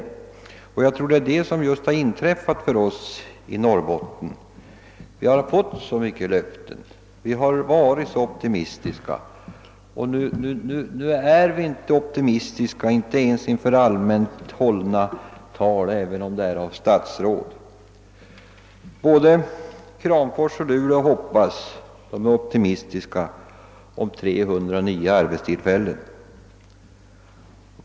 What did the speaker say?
Det är just detta som har inträffat för oss i Norrbotten. Vi har fått så många löften, vi har varit så optimistiska, men nu är vi inte optimistiska inför allmänt hållna välvilliga tal, även om de hålls av statsråd. Både Kramfors och Luleå är optimistiska och hoppas på 300 nya arbetstillfällen.